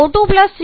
C8H18 a O2 3